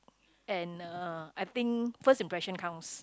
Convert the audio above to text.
and uh I think first impression counts